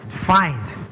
find